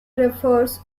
refers